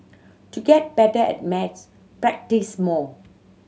to get better at maths practise more